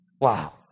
Wow